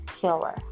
killer